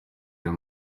josé